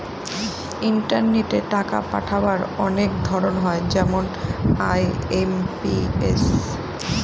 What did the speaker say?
ইন্টারনেটে টাকা পাঠাবার অনেক ধরন হয় যেমন আই.এম.পি.এস